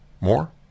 More